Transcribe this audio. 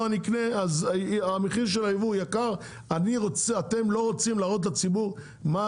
אתם לא רוצים להראות לציבור מה